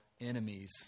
enemies